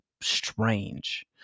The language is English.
strange